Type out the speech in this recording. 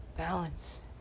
Balance